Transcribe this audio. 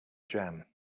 jam